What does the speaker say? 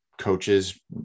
Coaches